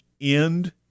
end